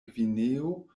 gvineo